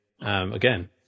again